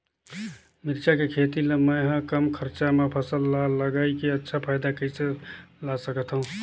मिरचा के खेती ला मै ह कम खरचा मा फसल ला लगई के अच्छा फायदा कइसे ला सकथव?